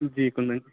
जी Kundan जी